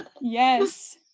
Yes